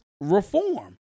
reform